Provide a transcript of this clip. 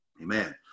Amen